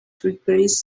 degrees